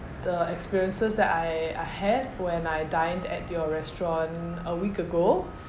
the experiences that I I had when I dined at your restaurant a week ago